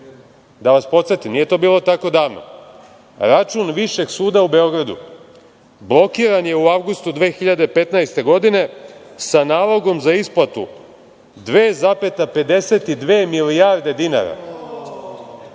Da vas podsetim, nije to bilo tako davno. Račun Višeg suda u Beogradu blokiran je u avgustu 2015. godine sa nalogom za isplatu 2,52 milijarde dinara.